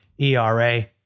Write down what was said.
ERA